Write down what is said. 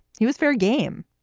he was fair game.